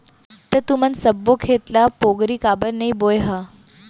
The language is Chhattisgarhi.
त तुमन सब्बो खेत ल पोगरी काबर नइ बोंए ह?